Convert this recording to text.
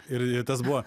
ir ir tas buvo